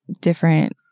different